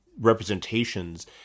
representations